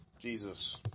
Jesus